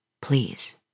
Please